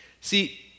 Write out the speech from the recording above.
See